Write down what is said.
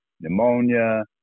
pneumonia